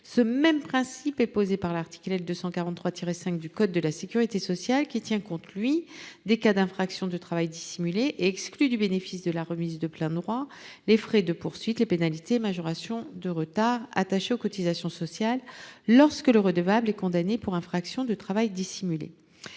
Ce même principe est posé par l’article L. 243 5 du code de la sécurité sociale, qui tient compte des cas d’infraction à l’interdiction du travail dissimulé et exclut du bénéfice de la remise de plein droit les frais de poursuite, les pénalités et majorations de retard attachées aux cotisations sociales lorsque le redevable est condamné pour infraction de travail dissimulé.